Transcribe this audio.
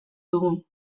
dugu